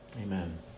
Amen